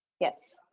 yes.